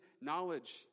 knowledge